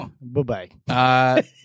Bye-bye